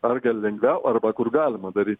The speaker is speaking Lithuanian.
ar gal lengviau arba kur galima daryt